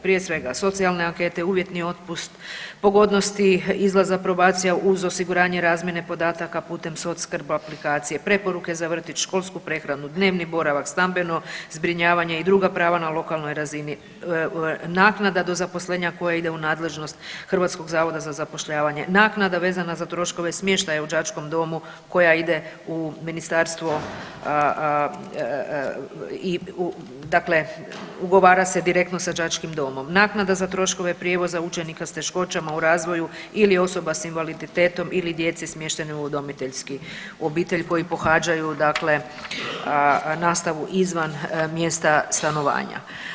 Prije svega socijalne ankete, uvjetni otpust, pogodnosti, izlaz aprobacija uz osiguranje razmjene podataka putem SocSkrb aplikacije preporuke za vrtić, školsku prehranu, dnevni boravak, stambeno zbrinjavanje i druga prava na lokalnoj razini, naknada do zaposlenja koja ide u nadležnost HZZ-a, naknada vezana za troškove smještaja u đačkom domu koja ide u ministarstvo i u, dakle ugovara se direktno sa đačkim domom, naknada za troškove prijevoza učenika s teškoćama u razvoju ili osoba s invaliditetom ili djece smještene u udomiteljsku obitelj koji pohađaju dakle nastavu izvan mjesta stanovanja.